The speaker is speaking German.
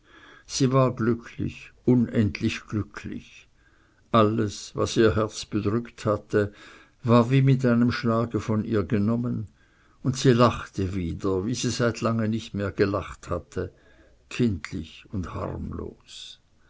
sie war glücklich unendlich glücklich alles was ihr das herz bedrückt hatte war wie mit einem schlage von ihr genommen und sie lachte wieder wie sie seit lange nicht mehr gelacht hatte kindlich und harmlos